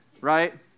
Right